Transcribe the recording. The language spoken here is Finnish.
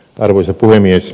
arvoisa puhemies